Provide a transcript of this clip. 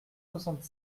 soixante